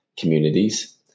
communities